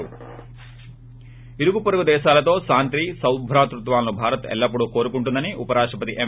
ణరుగుపొరుగు దేశాలతో శాంతి సాబ్రాతత్వాలు భారత్ ఎల్లప్పుడూ కోరుకుంటుందని ఉపరాష్టపతి ఎం